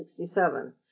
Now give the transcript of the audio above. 1967